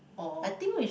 or